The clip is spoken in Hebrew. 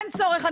אין צורך,